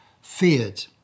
feared